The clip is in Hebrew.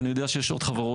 ואני יודע שיש עוד חברות,